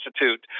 Institute